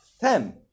ten